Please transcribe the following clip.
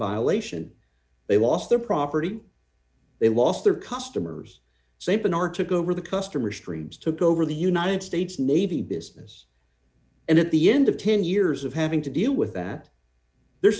violation they lost their property they lost their customers st bernard took over the customer streams took over the united states navy business and at the end of ten years of having to deal with that the